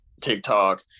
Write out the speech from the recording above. TikTok